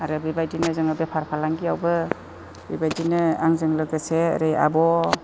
आरो बेबायदिनो जोङो बेफार फालांगियावबो बेबायदिनो आंजों लोगोसे ओरै आब'